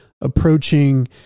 approaching